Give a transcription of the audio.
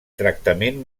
tractament